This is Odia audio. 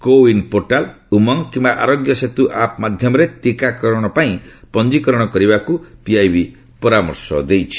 କୋ ଓ୍ପିନ୍ ପୋର୍ଟାଲ୍ ଉମଙ୍ଗ କିୟା ଆରୋଗ୍ୟ ସେତୁ ଆପ୍ ମାଧ୍ୟମରେ ଟିକାକରଣ ପାଇଁ ପଞ୍ଜିକରଣ କରିବା ଲାଗି ପିଆଇବି ପରାମର୍ଶ ଦେଇଛି